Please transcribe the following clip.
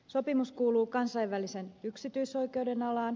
sopimus kuuluu kansainvälisen yksityisoikeuden alaan